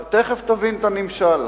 תיכף תבין את הנמשל.